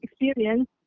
experience